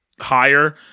higher